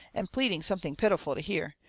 and pleading something pitiful to hear,